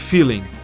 Feeling